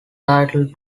title